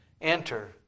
Enter